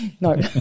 No